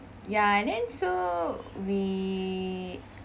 ya and then so we